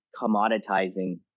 commoditizing